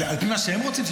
על פי מה שהם רוצים.